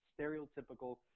stereotypical